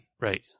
Right